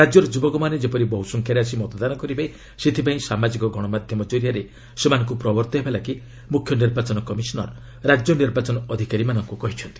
ରାଜ୍ୟର ଯୁବକମାନେ ଯେପରି ବହୁସଂଖ୍ୟାରେ ଆସି ମତଦାନ କରିବେ ସେଥିପାଇଁ ସାମାଜିକ ଗଣମାଧ୍ୟମ କରିଆରେ ସେମାନଙ୍କୁ ପ୍ରବର୍ତ୍ତାଇବା ଲାଗି ମୁଖ୍ୟ ନିର୍ବାଚନ କମିଶନର୍ ରାଜ୍ୟ ନିର୍ବାଚନ ଅଧିକାରୀମାନଙ୍କୁ କହିଛନ୍ତି